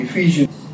Ephesians